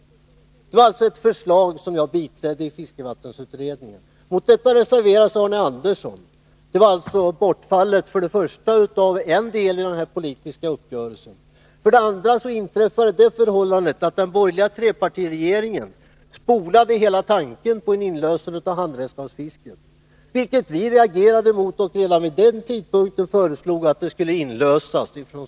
Det var alltå ett förslag som jag biträdde i fiskevattensutredningen. Mot detta reserverade sig Arne Andersson. Därmed bortföll en del i den politiska uppgörelsen. Och dessutom tillkom detta att den borgerliga trepartiregeringen spolade hela tanken på inlösen av handredskapsfisket, vilket vi från socialdemokratiskt håll reagerade mot. Och redan vid den tidpunkten föreslog vi inlösen.